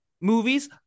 movies